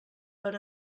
per